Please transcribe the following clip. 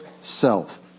self